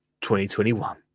2021